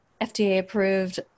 FDA-approved